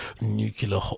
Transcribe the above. nuclear